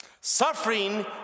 Suffering